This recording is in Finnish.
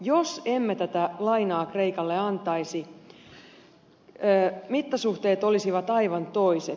jos emme tätä lainaa kreikalle antaisi mittasuhteet olisivat aivan toiset